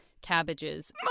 cabbages